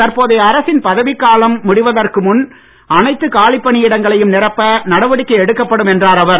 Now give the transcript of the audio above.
தற்போதைய அரசின் பதவிக் காலம் முடிவதற்கு முன் அனைத்து காலிப் பணியிடங்களையும் நிரப்ப நடவடிக்கை எடுக்கப்படும் என்றார் அவர்